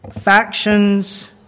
factions